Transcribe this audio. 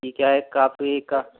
जी क्या है काफ़ी का